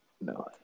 no